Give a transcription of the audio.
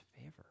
favor